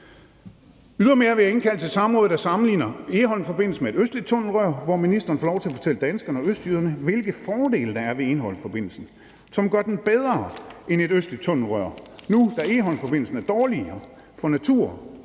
Ydermere vil jeg indkalde til et samråd, der sammenligner Egholmforbindelsen med et østligt tunnelrør, hvor ministeren får lov til at fortælle danskerne og østjyderne, hvilke fordele der er ved Egholmforbindelsen, som gør den bedre end et østligt tunnelrør, altså nu, hvor Egholmforbindelsen er dårligere for naturen,